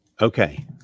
Okay